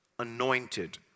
anointed